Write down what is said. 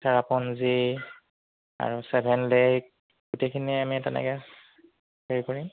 চেৰাপুঞ্জি আৰু seven lake গোটেইখিনি আমি তেনেকৈ হেৰি কৰিম